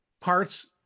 parts